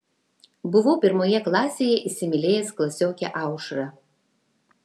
buvau pirmoje klasėje įsimylėjęs klasiokę aušrą